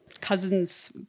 cousin's